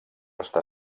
està